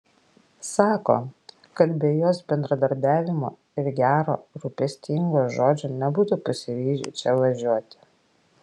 sako kad be jos bendradarbiavimo ir gero rūpestingo žodžio nebūtų pasiryžę čia važiuoti